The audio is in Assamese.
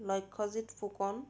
লক্ষ্য়জিৎ ফুকন